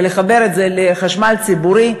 ולחבר את זה לחשמל ציבורי,